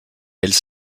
elles